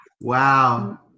Wow